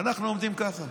ואנחנו עומדים ככה.